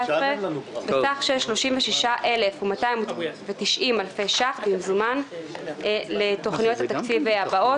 בסך של 36,290 אלפי ש"ח במזומן לתוכניות התקציב הבאות: